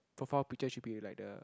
profile picture should be like the